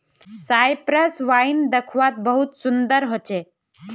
Cyprus wine दाख्वात बहुत सुन्दर होचे